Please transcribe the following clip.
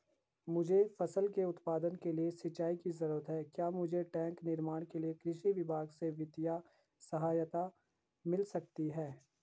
मुझे फसल के उत्पादन के लिए सिंचाई की जरूरत है क्या मुझे टैंक निर्माण के लिए कृषि विभाग से वित्तीय सहायता मिल सकती है?